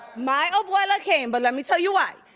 my abuela came, but let me tell you why.